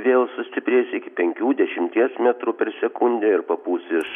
vėl sustiprės iki penkių dešimties metrų per sekundę ir papūs iš